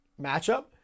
matchup